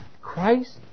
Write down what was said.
Christ